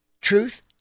Truth